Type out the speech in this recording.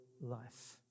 life